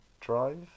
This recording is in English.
Drive